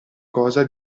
cosa